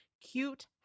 cute